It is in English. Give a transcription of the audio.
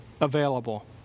available